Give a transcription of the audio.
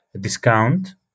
discount